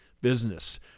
business